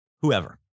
whoever